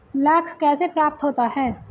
लाख कैसे प्राप्त होता है?